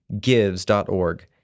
gives.org